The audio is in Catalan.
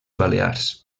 balears